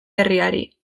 herriari